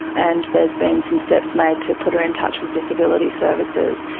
and there has been some steps made to put her in touch with disability services.